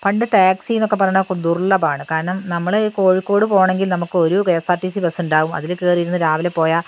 പണ്ട് ടാക്സിയെന്നൊക്കെ പറഞ്ഞാൽ ദുർലഭമാണ് കാരണം നമ്മൾ കോഴിക്കോട് പോകണമെങ്കിൽ നമുക്ക് ഒരു K S R T C bus ഉണ്ടാവും അതിൽ കയറി ഇരുന്ന് രാവിലെ പോയാൽ